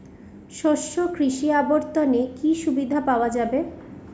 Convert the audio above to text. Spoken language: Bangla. শস্য কৃষি অবর্তনে কি সুবিধা পাওয়া যাবে?